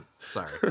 Sorry